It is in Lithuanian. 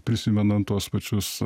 prisimenant tuos pačius